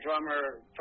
drummer